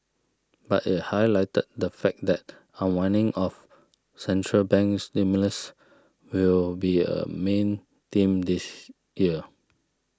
but it highlighted the fact that unwinding of central bank stimulus will be a main theme this year